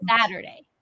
Saturday